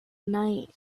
night